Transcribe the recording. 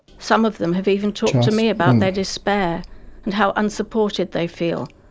some of them have even talked to me about their despair and how unsupported they feel,